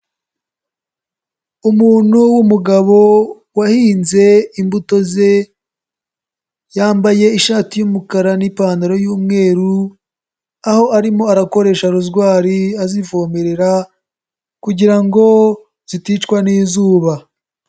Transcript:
Umuntu w'umugabo wahinze imbuto ze, yambaye ishati y'umukara n'ipantaro y'umweru, aho arimo arakoresha ruzwari azivomerera kugirango ziticwa n'izuba.